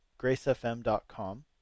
gracefm.com